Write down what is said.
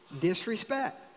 Disrespect